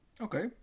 Okay